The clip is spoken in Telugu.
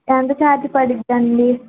ఎంత ఛార్జ్ పడిద్దండి